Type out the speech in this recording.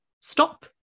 stop